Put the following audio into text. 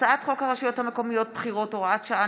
הצעת חוק הרשויות המקומיות (בחירות) (הוראת שעה,